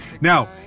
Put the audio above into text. Now